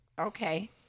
Okay